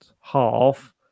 half